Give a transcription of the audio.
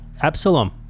Absalom